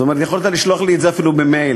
יכולת לשלוח לי את זה אפילו במייל.